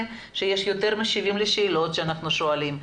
שיש יותר משיבים לשאלות שאנחנו שואלים.